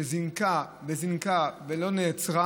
שזינקה וזינקה ולא נעצרה,